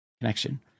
connection